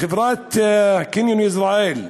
לחברת "קבוצת עזריאלי",